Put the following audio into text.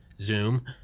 Zoom